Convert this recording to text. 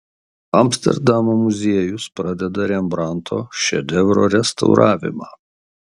amsterdamo muziejus pradeda rembrandto šedevro restauravimą